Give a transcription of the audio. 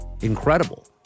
incredible